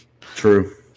True